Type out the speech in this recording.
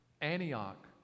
Antioch